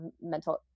mental